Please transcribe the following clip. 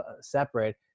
separate